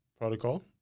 protocol